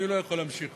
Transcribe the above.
אני לא יכול להמשיך.